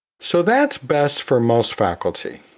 so that's best for most faculty.